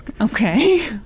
okay